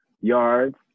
yards